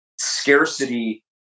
scarcity